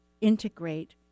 integrate